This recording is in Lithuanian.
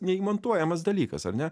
neįmontuojamas dalykas ar ne